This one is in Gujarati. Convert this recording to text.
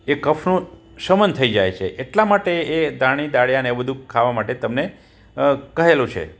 એ કફનું શમન થઈ જાય છે એટલા માટે એ ધાણી દાળિયાને એવું બધું ખાવા માટે તમને કહેલું છે